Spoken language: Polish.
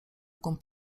głąb